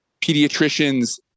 pediatricians